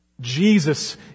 Jesus